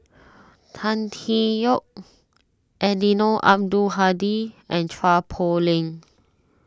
Tan Tee Yoke Eddino Abdul Hadi and Chua Poh Leng